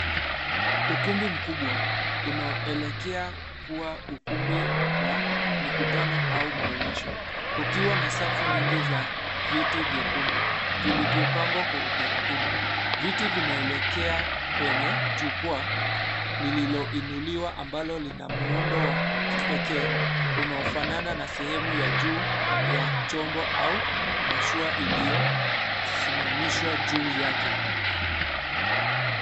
Ukumbi mkubwa unaoelekea kuwa ukumbi wa mikutano au maonyesho, ukiwa na safu nyingi za viti vyekundu vilivyopangwa kwa utaratibu, viti vinaelekea, kwenye jukwaa, lililoinuliwa ambalo lina muundo wa kipekee, unaofanana na sehemu ya juu, ya chombo au mashua iliyo simamishwa juu yake.